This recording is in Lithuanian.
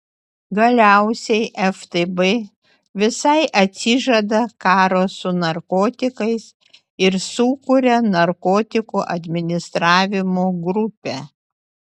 galiausiai ftb visai atsižada karo su narkotikais ir sukuria narkotikų administravimo grupę